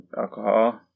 alcohol